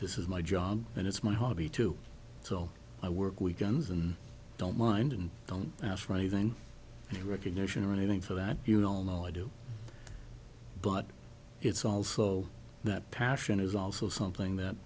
this is my job and it's my hobby too so i work weekends and don't mind and don't ask for anything any recognition or anything for that you know no i do but it's also that passion is also something that